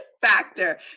factor